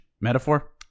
metaphor